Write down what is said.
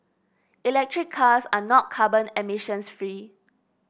electric cars are not carbon emissions free